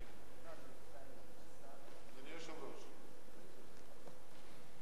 אדוני היושב-ראש, אתה